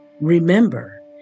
Remember